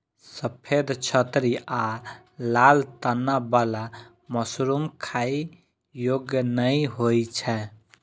सफेद छतरी आ लाल तना बला मशरूम खाइ योग्य नै होइ छै